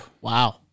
Wow